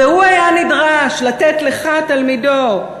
והוא היה נדרש לתת לך, תלמידו,